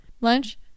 Lunch